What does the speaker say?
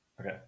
Okay